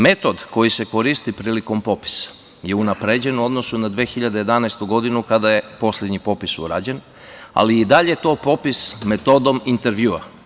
Metod koji se koristi prilikom popisa je unapređen u odnosu na 2011. godinu kada je poslednji popis urađen, ali i dalje to popis metodom intervjua.